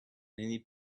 many